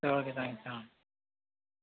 சரி okay sir thank you sir ஆ